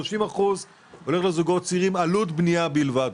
30% הולך לזוגות צעירים, עלות בנייה בלבד.